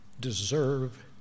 deserve